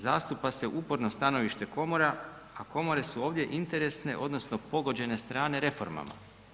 Zastupa se uporno stanovište komora a komore su ovdje interesne odnosno pogođene strane reformama.